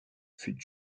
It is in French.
fut